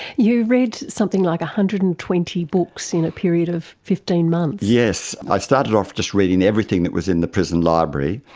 you read something like one hundred and twenty books in a period of fifteen months. yes, i started off just reading everything that was in the prison library,